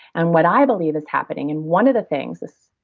and what i believe is happening and one of the things,